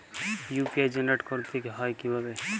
UPI generate করতে হয় কিভাবে?